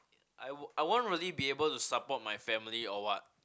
I would I won't really be able to support my family or what